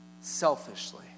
Selfishly